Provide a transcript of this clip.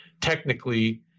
technically